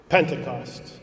Pentecost